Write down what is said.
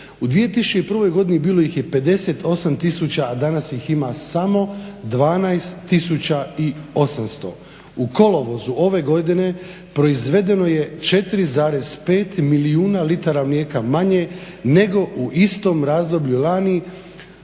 U 2001.godini bilo ih je 58000, a danas ih ima samo 12800. U kolovozu ove godine proizvedeno je 4,5 milijuna litara mlijeka manje nego u istom razdoblju lani